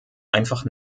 einfach